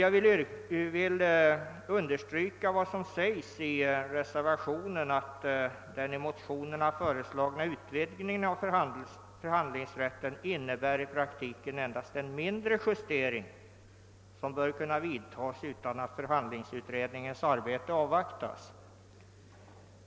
Jag vill understryka uttalandet i reservationen, att den föreslagna utvidgningen av förhandlingsrätten i praktiken endast innebär en mindre justering, som bör kunna vidtas utan att förhandlingsutredningens arbete avvaktas.